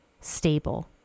stable